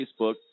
Facebook